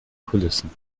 kulissen